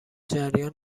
جریان